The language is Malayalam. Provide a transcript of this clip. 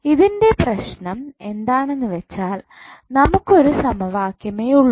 ഇതിൻ്റെ പ്രശ്നം എന്താണെന്ന് വെച്ചാൽ നമുക്ക് ഒരു സമവാക്യമേ ഉള്ളു